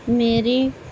میری